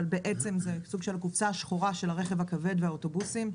אבל בעצם זה סוג של הקופסה השחורה של הרכב הכבד והאוטובוסים.